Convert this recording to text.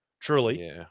truly